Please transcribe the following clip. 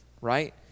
Right